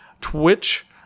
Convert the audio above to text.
Twitch